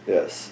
Yes